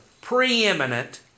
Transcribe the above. preeminent